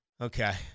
Okay